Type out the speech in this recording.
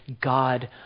God